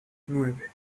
nueve